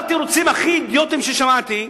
אחד התירוצים הכי אידיוטיים ששמעתי: